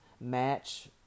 match